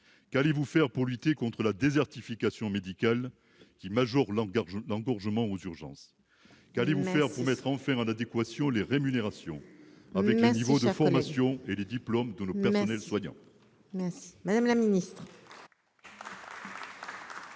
qu'allez-vous faire pour lutter contre la désertification médicale qui Majour langage d'engorgement aux urgences, qu'allez-vous faire pour mettre en fait en adéquation les rémunérations, avec un niveau de formation et les diplômes tout le personnel soignant.